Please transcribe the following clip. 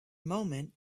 moment